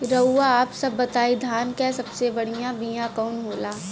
रउआ आप सब बताई धान क सबसे बढ़ियां बिया कवन होला?